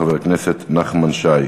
חבר הכנסת נחמן שי.